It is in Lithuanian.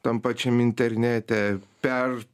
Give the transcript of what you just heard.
tam pačiam internete per